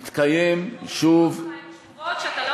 יתקיים שוב --- אתה בא עם תשובות כשאתה לא